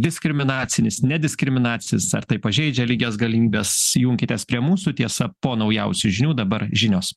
diskriminacinis nediskriminacinis ar tai pažeidžia lygias galimybes junkitės prie mūsų tiesa po naujausių žinių dabar žinios